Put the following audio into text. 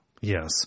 Yes